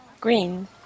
Green